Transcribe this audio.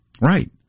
Right